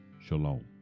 Shalom